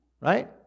right